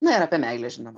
na ir apie meilę žinoma